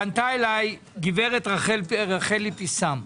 פנתה אלי הגב' רחלי פיסאם,